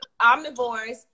omnivores